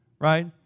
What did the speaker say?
right